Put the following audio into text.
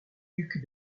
duc